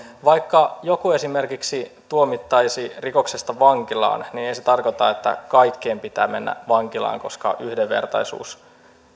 vaikka joku esimerkiksi tuomittaisiin rikoksesta vankilaan niin ei se tarkoita että kaikkien pitää mennä vankilaan koska yhdenvertaisuus